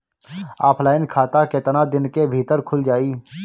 Offline खाता केतना दिन के भीतर खुल जाई?